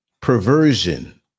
perversion